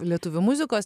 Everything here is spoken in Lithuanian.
lietuvių muzikos